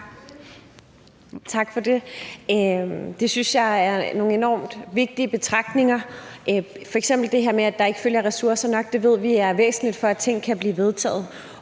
Tak for det. Det synes jeg er nogle enormt vigtige betragtninger, f.eks. ved vi, at det her med, at der følger ressourcer nok med, er væsentligt, for at ting kan blive vedtaget.